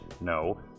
no